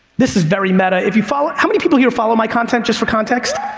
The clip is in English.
this is very meta, if you follow, how many people here follow my content, just for context?